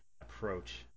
Approach